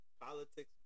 Politics